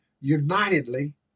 unitedly